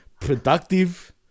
Productive